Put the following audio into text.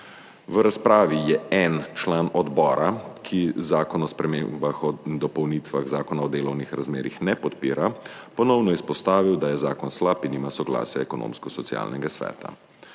V razpravi je en član odbora, ki Zakona o spremembah in dopolnitvah Zakona o delovnih razmerjih ne podpira, ponovno izpostavil, da je zakon slab in nima soglasja Ekonomsko-socialnega sveta.